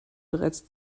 bereits